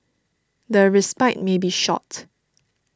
the respite may be short